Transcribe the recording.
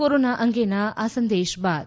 corona અંગેના આ સંદેશ બાદ